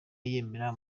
yemera